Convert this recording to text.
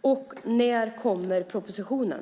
Och när kommer propositionen?